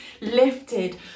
lifted